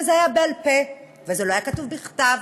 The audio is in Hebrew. וזה היה בעל-פה, וזה לא היה כתוב, בכתב.